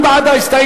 מי בעד ההסתייגות,